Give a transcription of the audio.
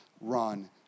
run